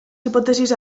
hipótesis